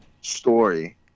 story